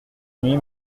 nuit